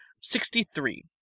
Sixty-three